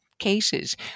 cases